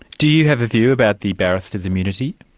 do you have a view about the barristers' immunity?